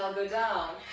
um go down.